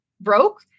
broke